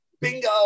bingo